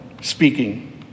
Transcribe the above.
speaking